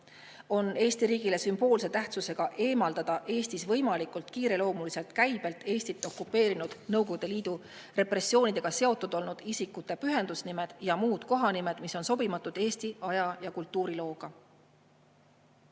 on Eesti riigile sümboolse tähtsusega eemaldada Eestis võimalikult kiiresti käibelt Eestit okupeerinud Nõukogude Liidu repressioonidega seotud olnud isikute pühendusnimed ja muud kohanimed, mis on sobimatud Eesti aja- ja kultuurilooga.